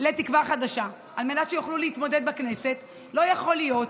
לתקווה חדשה על מנת שיוכלו להתמודד בכנסת ובעיניי לא יכול להיות